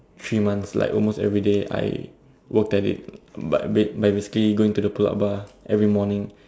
three months like almost everyday I worked at it but by by basically going to the pull up bar every morning